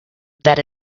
that